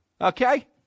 Okay